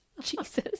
Jesus